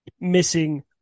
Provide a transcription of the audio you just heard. missing